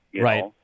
Right